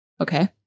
okay